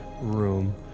room